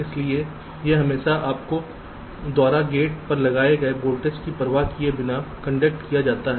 इसलिए यह हमेशायह हमेशा आपके द्वारा गेट पर लगाए गए वोल्टेज की परवाह किए बिना कंडक्ट किया जाता है